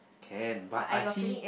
can but I see